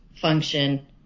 function